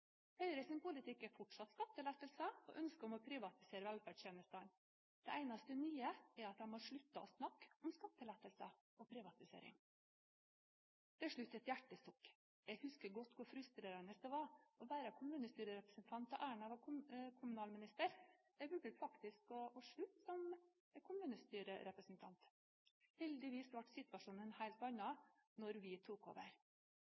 Høyre sin politikk er fortsatt skattelettelser og ønsket om å privatisere velferdstjenestene. Det eneste nye er at de har sluttet å snakke om skattelettelser og privatisering. Til slutt et hjertesukk: Jeg husker godt hvor frustrerende det var å være kommunestyrerepresentant da Erna Solberg var kommunalminister. Jeg vurderte faktisk å slutte som kommunestyrerepresentant. Heldigvis ble situasjonen en helt annen da vi tok over.